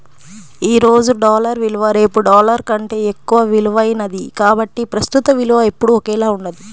ఈ రోజు డాలర్ విలువ రేపు డాలర్ కంటే ఎక్కువ విలువైనది కాబట్టి ప్రస్తుత విలువ ఎప్పుడూ ఒకేలా ఉండదు